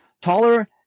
taller